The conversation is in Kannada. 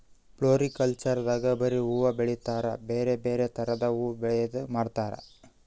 ಫ್ಲೋರಿಕಲ್ಚರ್ ದಾಗ್ ಬರಿ ಹೂವಾ ಬೆಳಿತಾರ್ ಬ್ಯಾರೆ ಬ್ಯಾರೆ ಥರದ್ ಹೂವಾ ಬೆಳದ್ ಮಾರ್ತಾರ್